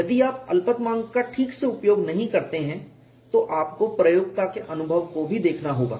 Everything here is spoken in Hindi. यदि आप अल्पतमांक का ठीक से उपयोग नहीं करते हैं तो आपको प्रयोक्ता के अनुभव को भी देखना होगा